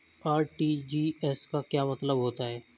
RTGS का क्या मतलब होता है?